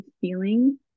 feeling